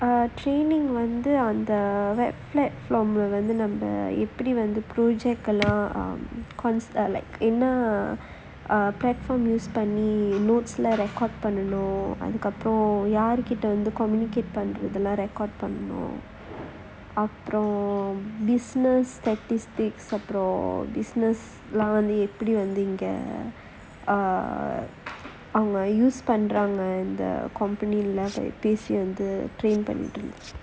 err the training வந்து அந்த:vanthu antha web platform நம்ம எப்படி வந்து:namma eppadi vanthu project எல்லாம்:ellaam constant like err என்ன:enna platform use பண்ணி:panni notes leh record leh பண்ணனும் அதுக்கு அப்புறம் யார்கிட்ட வந்து:pannanum athukku appuram yaarkitta vanthu communicate பண்றதெல்லாம்:pandrathellaam record பண்ணனும் அப்புறம்:pannanum appuram buisiness statistics அப்புறம்:appuram buisiness err எல்லாம் வந்து எப்படி வந்து இங்க அவங்க:ellaam vanthu eppadi vanthu inga avanga use பண்றாங்க இந்த:pandraanga intha company leh பேசி வந்து:pesi vanthu train பண்ணனும்:pannanum